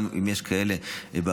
גם אם יש כאלה בעיות.